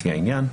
לפי העניין.